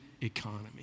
economy